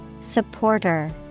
Supporter